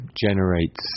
generates